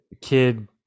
kid